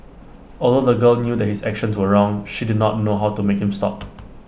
although the girl knew that his actions were wrong she did not know how to make him stop